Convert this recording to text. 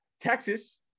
Texas